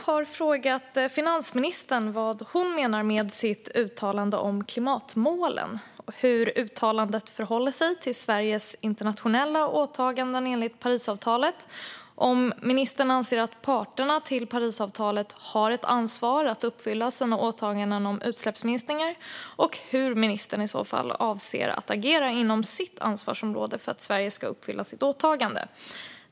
har frågat finansministern vad hon menar med sitt uttalande om klimatmålen, hur uttalandet förhåller sig till Sveriges internationella åtaganden enligt Parisavtalet, om ministern anser att parterna till Parisavtalet har ett ansvar att uppfylla sina åtaganden om utsläppsminskningar och hur ministern i så fall avser att agera inom sitt ansvarsområde för att Sverige ska uppfylla sitt åtagande.